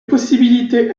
possibilité